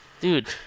Dude